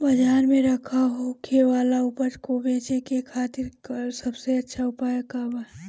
बाजार में खराब होखे वाला उपज को बेचे के खातिर सबसे अच्छा उपाय का बा?